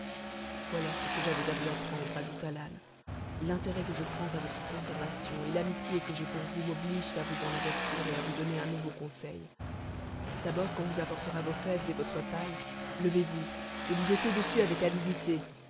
voilà ce que j'avais à vous apprendre ajouta l'âne l'intérêt que je prends à votre conservation et l'amitié que j'ai pour vous m'obligent à vous en avertir et à vous donner un nouveau conseil d'abord qu'on vous apportera vos fèves et votre paille levez-vous et vous jetez dessus avec avidité